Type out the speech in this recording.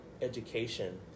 education